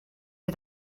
you